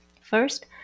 First